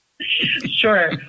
Sure